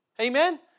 Amen